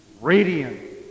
radiant